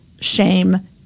shame